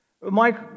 Mike